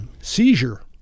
seizure